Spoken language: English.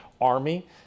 army